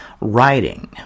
Writing